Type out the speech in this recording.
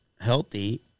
healthy